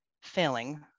failing